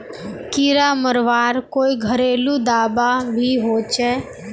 कीड़ा मरवार कोई घरेलू दाबा भी होचए?